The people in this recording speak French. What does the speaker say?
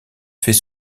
fait